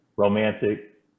romantic